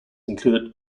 included